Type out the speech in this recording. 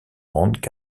rendent